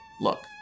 Look